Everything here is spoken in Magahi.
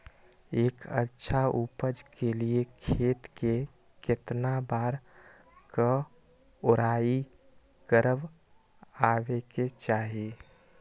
एक अच्छा उपज के लिए खेत के केतना बार कओराई करबआबे के चाहि?